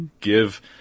give